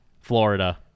Florida